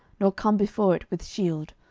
nor come before it with shield,